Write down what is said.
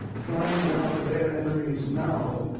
find out their enemies now.